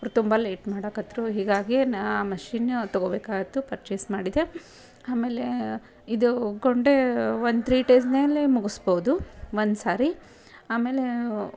ಅವ್ರು ತುಂಬ ಲೇಟ್ ಮಾಡಕತ್ರು ಹೀಗಾಗಿ ನಾನು ಮಷಿನ್ನ ತೊಗೊಬೇಕಾಯ್ತು ಪರ್ಚೇಸ್ ಮಾಡಿದೆ ಆಮೇಲೆ ಇದು ಗೊಂಡೆ ಒಂದು ತ್ರೀ ಡೇಸ್ನಲ್ಲಿ ಮುಗಿಸ್ಬೌದು ಒಂದು ಸಾರಿ ಆಮೇಲೆ